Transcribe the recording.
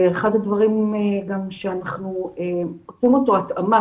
אחד הדברים שאנחנו עשינו התאמה,